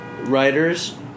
writers